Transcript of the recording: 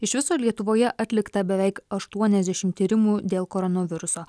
iš viso lietuvoje atlikta beveik aštuoniasdešimt tyrimų dėl koronaviruso